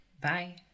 bye